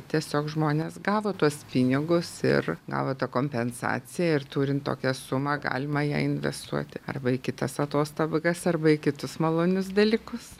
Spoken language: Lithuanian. tiesiog žmonės gavo tuos pinigus ir gavo tą kompensaciją ir turint tokią sumą galima ją investuoti arba į kitas atostogas arba į kitus malonius dalykus